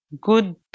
good